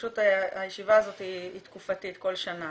הישיבה הזאת היא תקופתית, כל שנה.